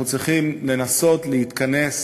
אנחנו צריכים לנסות להתכנס